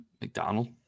McDonald